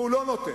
והוא לא נותן,